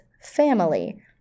family